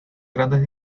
grandes